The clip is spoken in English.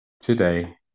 today